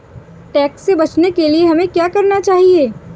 Tax से बचने के लिए हमें क्या करना चाहिए?